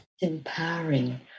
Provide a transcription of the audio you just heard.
Empowering